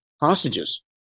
hostages